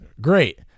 great